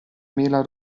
mela